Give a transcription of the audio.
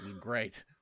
Great